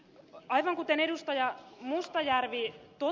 aivan kuten ed